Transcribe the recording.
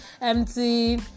empty